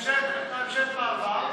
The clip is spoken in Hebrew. כשהייתה ממשלת מעבר,